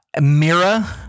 Mira